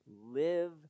live